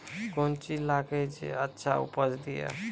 कोंन बीज लगैय जे अच्छा उपज दिये?